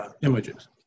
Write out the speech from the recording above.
images